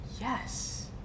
yes